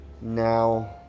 Now